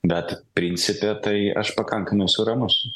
bet principe tai aš pakankamai esu ramus